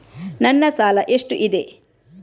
ನನ್ನ ಸಾಲ ಎಷ್ಟು ಇದೆ?